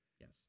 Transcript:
Yes